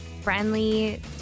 friendly